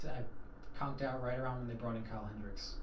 i conked out right around when they brought in kyle hendricks.